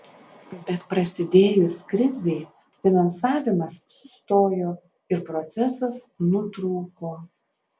bet prasidėjus krizei finansavimas sustojo ir procesas nutrūko